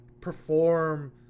perform